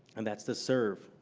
and that's to serve,